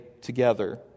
together